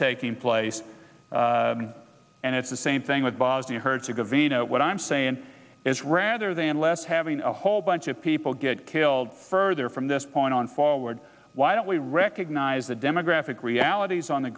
taking place and it's the same thing with bosnia herzegovina what i'm saying is rather than less having a whole bunch of people get killed further from this point on forward why don't we recognize the demographic realities on the